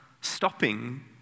stopping